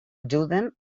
ajuden